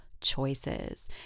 choices